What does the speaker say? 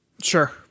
Sure